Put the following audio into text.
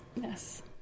Yes